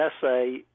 essay